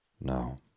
No